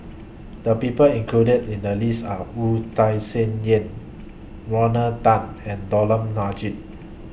The People included in The list Are Wu Tai same Yen Rodney Tan and Dollah Majid